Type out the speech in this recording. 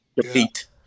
defeat